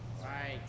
Right